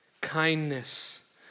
Kindness